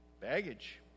Baggage